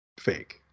fake